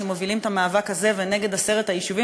שמובילים את המאבק הזה ונגד עשרת היישובים,